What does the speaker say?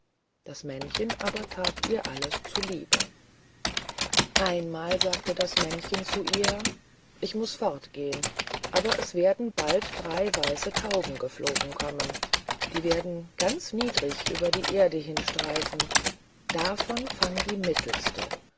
das männchen aber that ihr alles zu liebe einmal sagte das männchen zu ihr ich muß fortgehen aber es werden bald drei weiße tauben geflogen kommen die werden ganz niedrig über die erde hinstreifen davon fang die mittelste